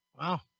Wow